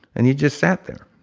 and he just sat there